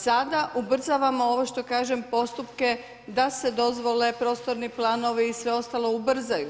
Sada ubrzavamo, ovo što kažem, postupke, da se dozvole prostorni planovi i sve ostalo ubrzaju.